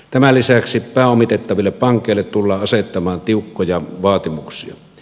tämän lisäksi pääomitettaville pankeille tullaan asettamaan tiukkoja vaatimuksia